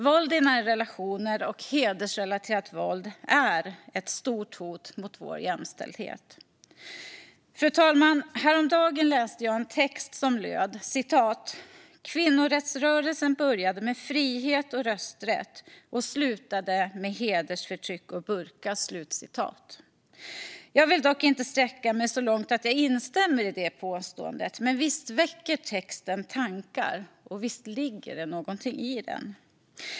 Våld i nära relationer och hedersrelaterat våld är ett stort hot mot vår jämställdhet. Fru talman! Häromdagen läste jag en text som löd på följande sätt: "Kvinnorättsrörelsen började med frihet och rösträtt och slutade med hedersförtryck och burka." Jag vill dock inte sträcka mig så långt att jag instämmer i påståendet. Men visst väcker texten tankar, och visst ligger det någonting i den?